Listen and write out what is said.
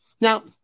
Now